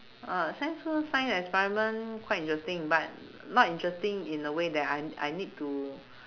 uh science school science experiment quite interesting but not interesting in the way that I I need to